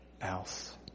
else